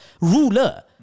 Ruler